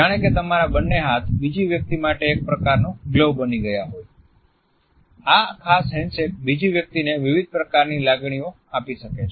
જાણે કે તમારા બંને હાથ બીજી વ્યક્તિ માટે એક પ્રકારનાં ગ્લવ બની ગયા છે આ ખાસ હેન્ડશેક બીજી વ્યક્તિને વિવિધ પ્રકારની લાગણીઓ આપી શકે છે